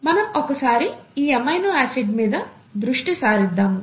మనం ఒకసారి ఈ ఎమినో ఆసిడ్ మీద దృష్టి సారిద్దాము